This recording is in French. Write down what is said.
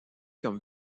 comme